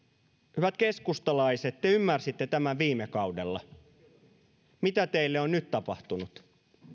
hyvät keskustalaiset te ymmärsitte tämän viime kaudella mitä teille on nyt tapahtunut